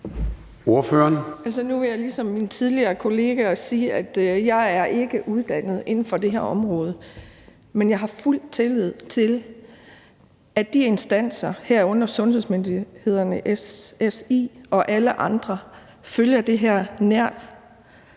Nu vil jeg – ligesom mine kollegaer gjorde tidligere – sige, at jeg ikke er uddannet inden for det her område, men at jeg har fuld tillid til, at de instanser, herunder sundhedsmyndighederne, altså SSI, og alle andre følger det her nært.